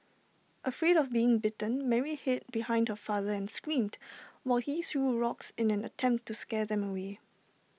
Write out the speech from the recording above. afraid of being bitten Mary hid behind her father and screamed while he threw rocks in an attempt to scare them away